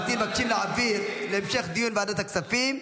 המציעים מבקשים להעביר להמשך דיון בוועדת הכספים.